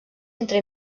entre